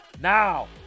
Now